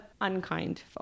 unkind